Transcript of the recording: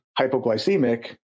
hypoglycemic